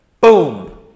Boom